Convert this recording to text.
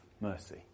mercy